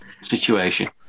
situation